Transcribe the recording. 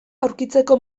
aurkitzeko